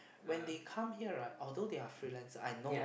when they come here right although they're freelancer I know